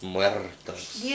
Muertos